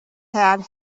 had